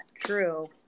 true